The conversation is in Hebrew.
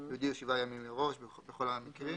והודיעו שבעה ימים מראש בכל המקרים.